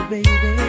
Baby